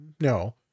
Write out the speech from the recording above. no